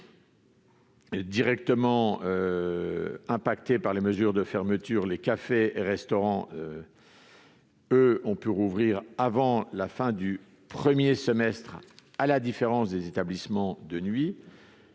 directement impactée par les mesures de fermeture ; les cafés et les restaurants, eux, ont pu rouvrir avant la fin du premier semestre, à la différence des établissements de nuit.